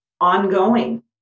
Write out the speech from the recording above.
ongoing